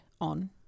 on